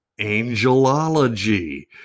angelology